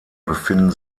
befinden